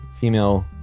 female